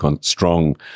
strong